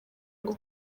ngo